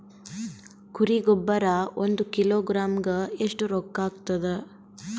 ಕುರಿ ಗೊಬ್ಬರ ಒಂದು ಕಿಲೋಗ್ರಾಂ ಗ ಎಷ್ಟ ರೂಕ್ಕಾಗ್ತದ?